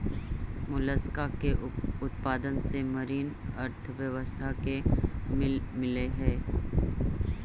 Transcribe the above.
Mollusca के उत्पादन से मरीन अर्थव्यवस्था के बल मिलऽ हई